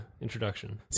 introduction